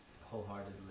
wholeheartedly